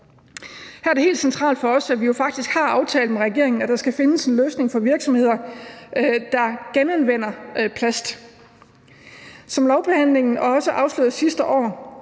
Her er det helt centralt for os, at vi jo faktisk har aftalt med regeringen, at der skal findes en løsning for virksomheder, der genanvender plast. Som lovbehandlingen også afslørede sidste år